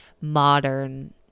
modern